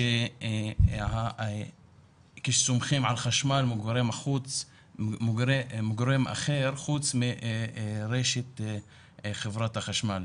כי סומכים מגורם אחר חוץ רשת חברת החשמל,